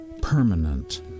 permanent